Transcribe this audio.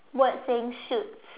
word saying shoot